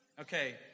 Okay